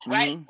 Right